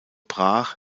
brach